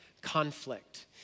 conflict